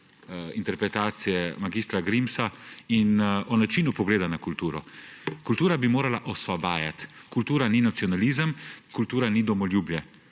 interpretacije mag. Grimsa in njegovega načina pogleda na kulturo. Kultura bi morala osvobajati. Kultura ni nacionalizem, kultura ni domoljubje,